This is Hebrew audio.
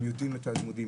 הם יודעים את הלימודים,